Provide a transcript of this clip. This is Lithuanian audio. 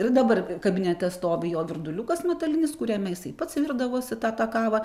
ir dabar kabinete stovi jo virduliukas metalinis kuriame jisai pats virdavosi tą tą kavą